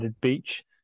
beach